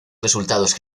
resultados